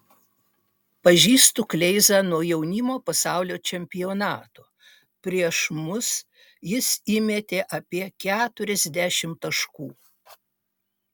pažįstu kleizą nuo jaunimo pasaulio čempionato prieš mus jis įmetė apie keturiasdešimt taškų